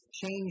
change